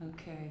Okay